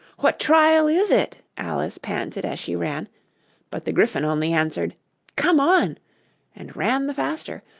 what trial is it alice panted as she ran but the gryphon only answered come on and ran the faster,